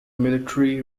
military